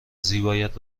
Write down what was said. زیبایت